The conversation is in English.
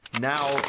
Now